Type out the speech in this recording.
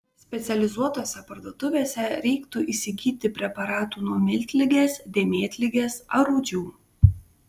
specializuotose parduotuvėse reiktų įsigyti preparatų nuo miltligės dėmėtligės ar rūdžių